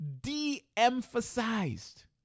de-emphasized